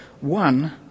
one